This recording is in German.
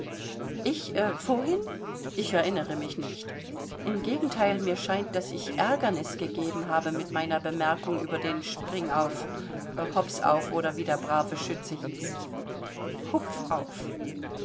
ich vorhin ich erinnere mich nicht im gegenteil mir scheint daß ich ärgernis gegeben habe mit meiner bemerkung über den springauf hopsauf oder wie der brave schütze hieß hupfauf